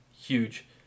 huge